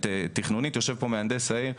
יושב פה מהנדס העיר,